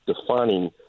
defining